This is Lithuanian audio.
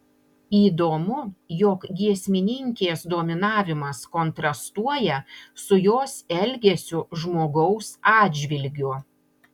įdomu jog giesmininkės dominavimas kontrastuoja su jos elgesiu žmogaus atžvilgiu